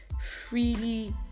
freely